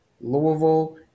Louisville